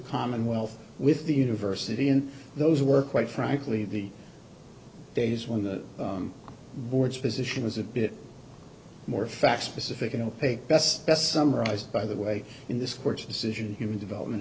commonwealth with the university and those were quite frankly the days when the board's position was a bit more facts specific an opaque best best summarized by the way in this court's decision human development